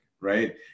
right